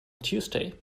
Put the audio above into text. tuesday